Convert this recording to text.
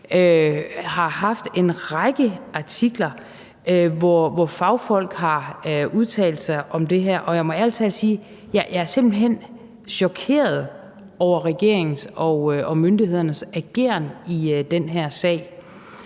har haft en række artikler, hvor fagfolk har udtalt sig om det her, og jeg må ærlig talt sige, at jeg simpelt hen er chokeret over regeringens og myndighedernes ageren i den her sag.